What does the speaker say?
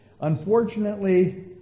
Unfortunately